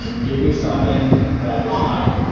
ah give me something that that is not.